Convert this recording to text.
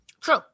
True